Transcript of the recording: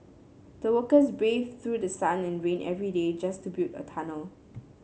the workers braved through sun and rain every day just to build the tunnel